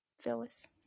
Phyllis